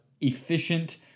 efficient